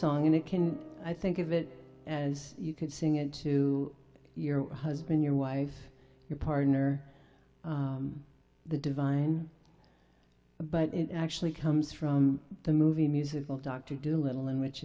song and it can i think of it as you could sing it to your husband your wife your partner the divine but it actually comes from the movie musical dr doolittle in which